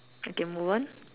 okay move on